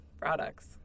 products